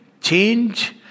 change